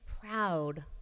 proud